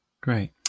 Great